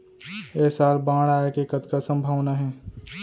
ऐ साल बाढ़ आय के कतका संभावना हे?